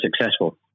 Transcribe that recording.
successful